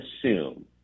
assume